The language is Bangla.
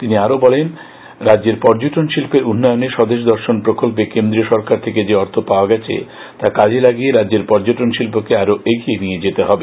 তিনি আরও বলেন রাজ্যের পর্যটন শিল্পের উন্নয়নে স্বদেশ দর্শন প্রকল্পে কেন্দ্রীয় সরকার থেকে যে অর্থ পাওয়া গেছে তা কাজে লাগিয়ে রাজ্যের পর্যটন শিল্পকে আরও এগিয়ে নিতে হবে